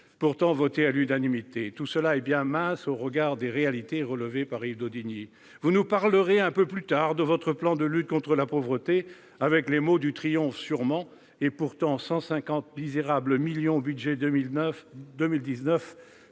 pourtant adoptée à l'unanimité ? Tout cela est bien mince au regard des réalités relevées par Yves Daudigny. Vous nous parlerez, un peu plus tard, de votre plan de lutte contre la pauvreté, avec les mots du triomphe sûrement. Pourtant, 150 misérables millions au budget 2019